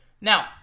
Now